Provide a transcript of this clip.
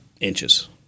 inches